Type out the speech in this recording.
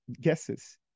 guesses